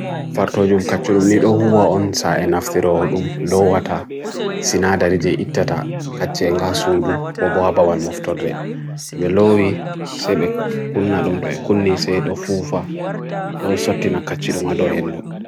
Na'urawol fufugo ndiyam ha babal ngam fewa.